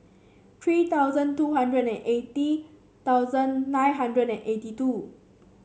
three thousand two hundred and eighty thousand nine hundred and eighty two